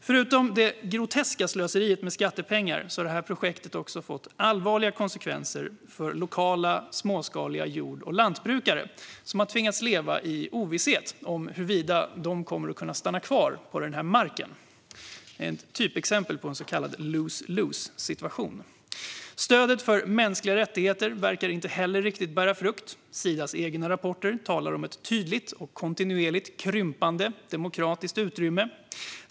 Förutom det groteska slöseriet med skattepengar har projektet fått allvarliga konsekvenser också för lokala småskaliga jord och lantbrukare, som har tvingats leva i ovisshet om huruvida de kommer att kunna stanna kvar på marken. Detta är ett typexempel på en så kallad lose-lose-situation. Stödet för mänskliga rättigheter verkar inte heller riktigt bära frukt. Sidas egna rapporter talar om ett tydligt och kontinuerligt krympande demokratiskt utrymme.